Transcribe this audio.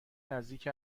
نزدیک